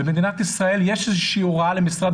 במדינת ישראל יש איזושהי הוראה למשרד